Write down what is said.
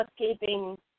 escaping